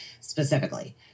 specifically